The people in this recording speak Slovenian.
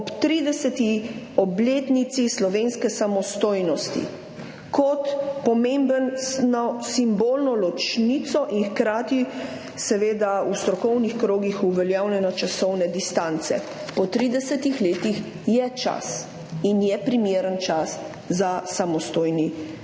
ob 30. obletnici slovenske samostojnosti kot pomembni simbolni ločnici in hkrati v strokovnih krogih uveljavljeni časovni distanci je po 30 letih čas in je primeren čas za samostojni muzej, ki